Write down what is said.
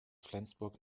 flensburg